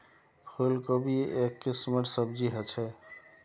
फूल कोबी एक किस्मेर सब्जी ह छे